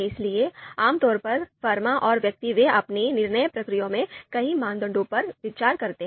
इसलिए आमतौर पर फर्म और व्यक्ति वे अपनी निर्णय प्रक्रिया में कई मानदंडों पर विचार करते हैं